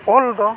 ᱚᱞᱫᱚ